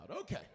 Okay